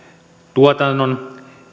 tuotannon